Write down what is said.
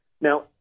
now